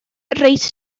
reit